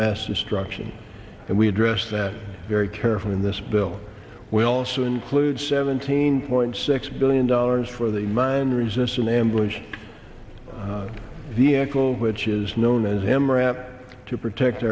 mass destruction and we address that very carefully in this bill we also include seventeen point six billion dollars for the mine resistant ambush vehicle which is known as amaranth to protect